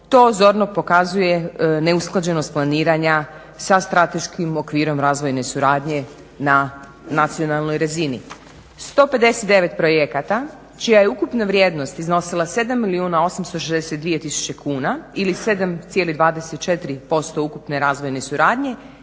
To zorno pokazuje neusklađenost planiranja sa strateškim okvirom razvojne suradnje na nacionalnoj razini. 159 projekata čija je ukupna vrijednost iznosila 7 milijuna 862 tisuće kuna ili 7,24% ukupne razvojne suradnje